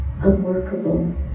unworkable